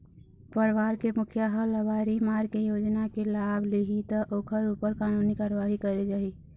परवार के मुखिया ह लबारी मार के योजना के लाभ लिहि त ओखर ऊपर कानूनी कारवाही करे जाही